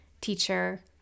teacher